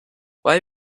why